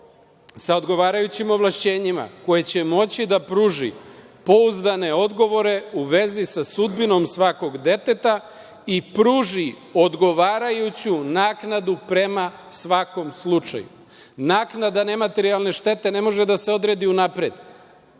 „sa odgovarajućim ovlašćenjima koje će moći da pruži pouzdane odgovore u vezi sa sudbinom svakog deteta i pruži odgovarajuću naknadu prema svakom slučaju“.Naknada nematerijalne štete ne može da se odredi unapred.